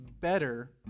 better